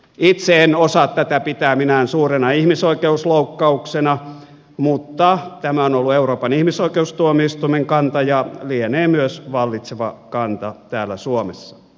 itse en osaa tätä pitää minään suurena ihmisoikeusloukkauksena mutta tämä on ollut euroopan ihmisoikeustuomioistuimen kanta ja lienee myös vallitseva kanta täällä suomessa